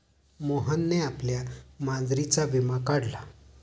मोहनने आपल्या मांजरीचा विमा काढला